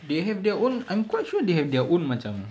they have their own I'm quite sure they have their own macam